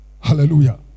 Hallelujah